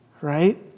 right